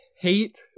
hate